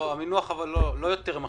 המינוח הוא לא יותר מכשירים,